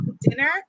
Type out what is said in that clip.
dinner